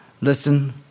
Listen